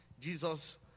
Jesus